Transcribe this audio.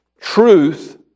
truth